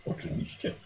Oczywiście